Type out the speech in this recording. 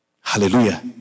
Hallelujah